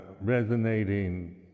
resonating